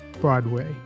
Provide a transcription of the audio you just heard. Broadway